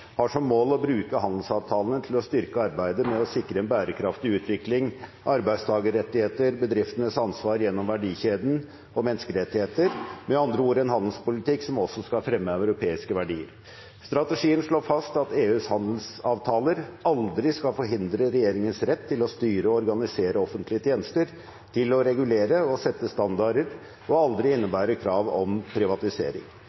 har EU som mål å bruke handelsavtaler til å styrke arbeidet med å sikre bærekraftig utvikling, arbeidstakerrettigheter, bedriftenes ansvar gjennom verdikjeden og menneskerettigheter. Samtidig ser jeg at det er viktig i denne sammenheng også å understreke det som EU nå slår fast, at handelsavtaler ikke skal forhindre rett til å styre og organisere offentlige tjenester og til å regulere og sette standarder, og aldri